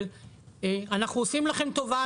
של אנחנו עושים לכם טובה,